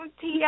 Tia